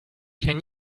can